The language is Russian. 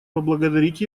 поблагодарить